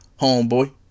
homeboy